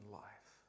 life